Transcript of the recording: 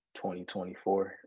2024